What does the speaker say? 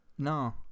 No